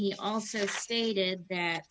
he also stated that